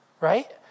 right